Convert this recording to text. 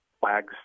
flags